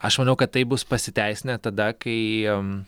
aš manau kad tai bus pasiteisinę tada kai